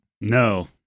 No